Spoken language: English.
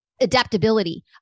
adaptability